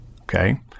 Okay